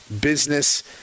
business